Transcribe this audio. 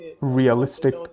realistic